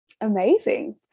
amazing